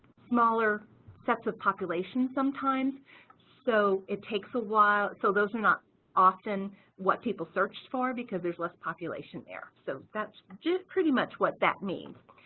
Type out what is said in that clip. smaller sets of population sometimes so it takes a while so those are not often what people search for because there's less population there, so that's just pretty much what that means.